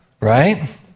right